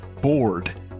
bored